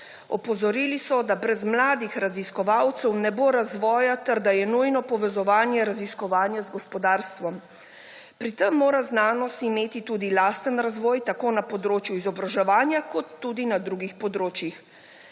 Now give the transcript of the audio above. Opozorili so, da brez mladih raziskovalcev ne bo razvoja ter da je nujno povezovanje raziskovanja z gospodarstvom. Pri tem mora znanost imeti tudi lasten razvoj tako na področju izobraževanja kot tudi na drugih področjih.